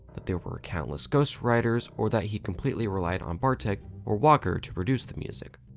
that there were countless ghost writers or that he completely relied on bartek or walker to produce the music.